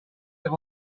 that